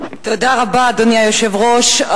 תודה רבה, אדוני היושב-ראש.